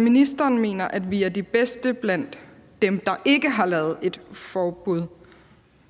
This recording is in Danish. ministeren mener, at vi er de bedste blandt dem, der ikke har lavet et forbud,